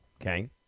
okay